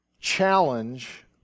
challenge